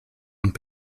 und